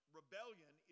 rebellion